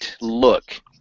look